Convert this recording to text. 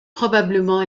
probablement